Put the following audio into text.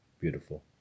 Beautiful